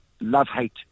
love-hate